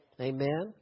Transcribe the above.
Amen